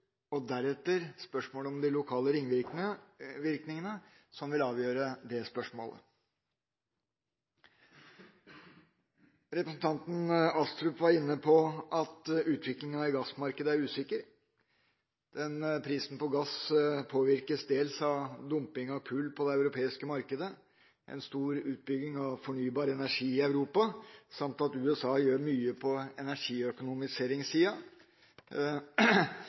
og deretter spørsmålet om de lokale ringvirkningene, som vil avgjøre det. Representanten Astrup var inne på at utviklinga i gassmarkedet er usikker. Prisen på gass påvirkes dels av dumping av kull på det europeiske markedet, en stor utbygging av fornybar energi i Europa, at USA gjør mye på